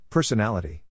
Personality